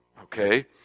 Okay